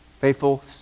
faithful